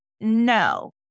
no